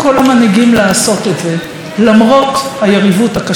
את זה למרות היריבות הקשה ביניהם,